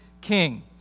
king